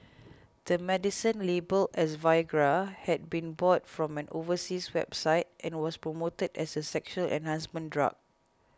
the medicine labelled as Viagra had been bought from an overseas website and was promoted as a sexual enhancement drug